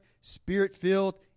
Spirit-filled